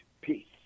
Peace